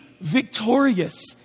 victorious